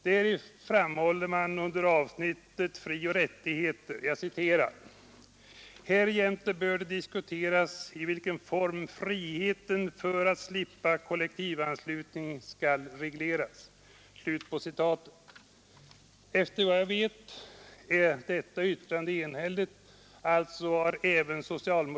Däri framhåller man under avsnittet Frioch rättigheter: ”Härjämte bör diskuteras i vilken form friheten att slippa kollektivanslut ning skall regleras.” Enligt vad jag vet är detta yttrande enhälligt — alltså yrelsen biträtt skrivningen.